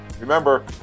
remember